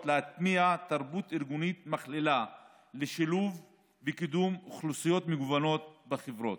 להטמיע תרבות ארגונית מכלילה לשילוב וקידום אוכלוסיות מגוונות בחברות,